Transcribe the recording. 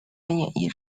演艺